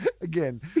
Again